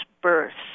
births